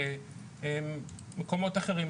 מקומות אחרים,